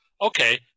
Okay